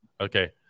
Okay